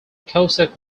cossack